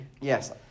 Yes